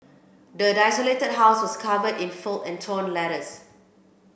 the desolated house was covered in filth and torn letters